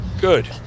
Good